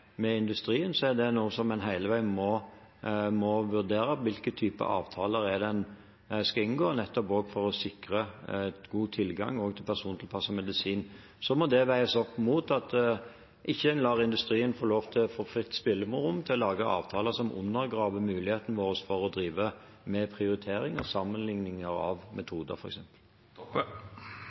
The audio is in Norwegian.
industrien, er det noe en hele veien må vurdere: hvilken type avtaler en skal inngå, nettopp for å sikre god tilgang til persontilpasset medisin. Og så må det veies opp mot at en ikke lar industrien få fritt spillerom til å lage avtaler som undergraver muligheten vår for å drive med prioriteringer, f.eks. sammenligninger av metoder.